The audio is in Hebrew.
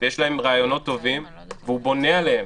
ויש להם רעיונות טובים, והוא בונה עליהם.